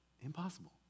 impossible